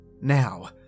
Now